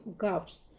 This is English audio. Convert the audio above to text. gaps